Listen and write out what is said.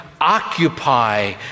occupy